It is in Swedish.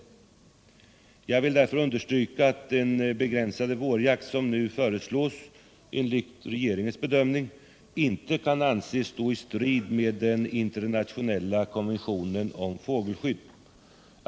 Mot denna bakgrund vill jag understryka att den begränsade vårjakt som nu föreslås enligt regeringens bedömning inte kan anses stå i strid med den internationella konventionen om fågelskydd.